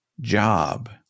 job